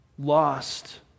lost